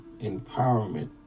empowerment